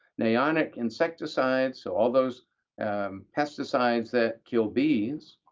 neonic insecticides so all those pesticides that kill bees,